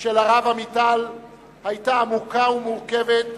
של הרב עמיטל היתה עמוקה ומורכבת,